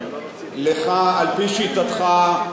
לך, על-פי שיטתך,